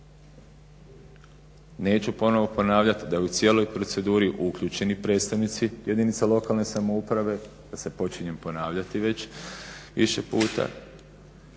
Neću ponovno ponavljati da su u cijelu proceduru uključeni i predstavnici jedinica lokalne samouprave, pa se počinjem ponavljati već više puta.